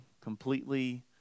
completely